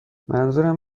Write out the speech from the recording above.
منظورم